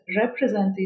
represented